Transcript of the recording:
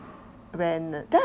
when that's